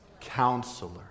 Counselor